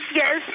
yes